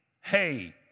hey